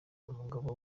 umugabo